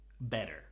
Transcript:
better